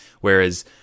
Whereas